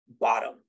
bottom